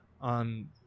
on